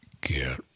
get